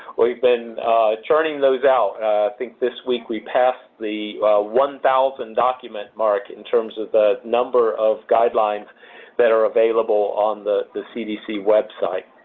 we've been churning those out. i think this week we passed the one thousand document mark in terms of the number of guidelines that are available on the the cdc website.